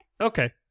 Okay